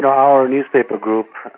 our newspaper group,